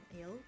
ill